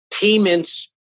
payments